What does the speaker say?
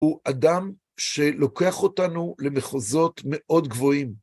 הוא אדם שלוקח אותנו למחוזות מאוד גבוהים.